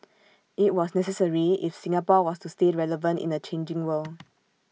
IT was necessary if Singapore was to stay relevant in A changing world